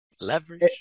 leverage